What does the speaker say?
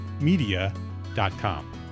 media.com